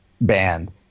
band